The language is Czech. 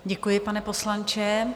Děkuji, pane poslanče.